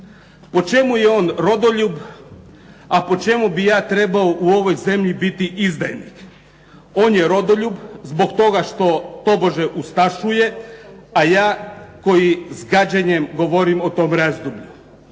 Po čemu je on rodoljub a po čemu bi ja trebao u ovoj zemlji biti izdajnik? On je rodoljub zbog toga što tobože ustašuje a ja koji s gađenjem govorim o tom razdoblju.